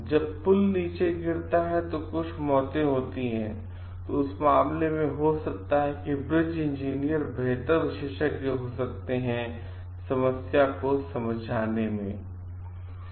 जब पुल नीचे गिरता है और कुछ मौतें होती हैं तो उस मामले में हो सकता है कि ब्रिज इंजीनियर बेहतर विशेषज्ञ हो सकते हैं समस्या को समझाने में हों